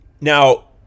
Now